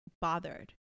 bothered